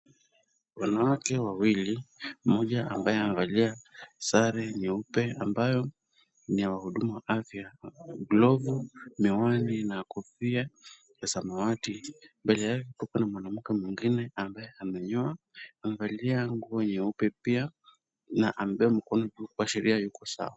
Wanawake wawili, mmoja ambaye amevalia sare nyeupe ambayo ni ya wahudumu wa afya, glovu, miwani na kofia ya samawati. Mbele yake kuko na mwanamke mwingine ambaye amenyoa amevalia nguo nyeupe pia na amebeba mkono juu kuashiria hayuko sawa.